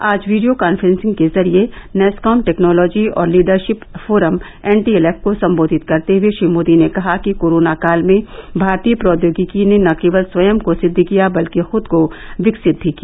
आज video conferencing के जरिये नैसकॉम टैक्नोलोजी और लीडरशिप फोरम एनटीएलएफ को संबोधित करते हुए श्री मोदी ने कहा कि कोरोना काल में भारतीय प्रौद्योगिकी ने न केवल स्वयं को सिद्द किया बल्कि खुद को विकसित भी किया